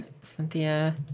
Cynthia